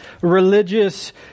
religious